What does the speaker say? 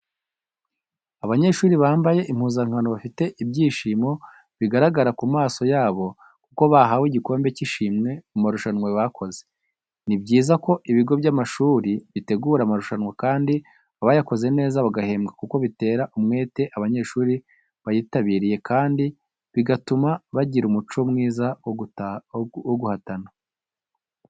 Abanyeshuri bamabaye impuzankano bafite ibyishimo bigaragara ku maso yabo kuko bahawe igikombe cy'ishimwe mu marushanwa bakoze, ni byiza ko ibigo by'amashuri bitegura amarushanwa kandi abayakoze neza bagahembwa kuko bitera umwete abanyeshuri bayitabiriye kandi bigatuma bagira umuco mwiza wo guhatana.